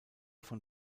von